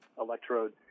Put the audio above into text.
electrode